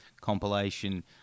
compilation